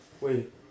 Wait